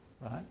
right